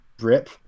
rip